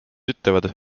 ütlevad